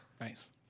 Nice